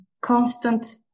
constant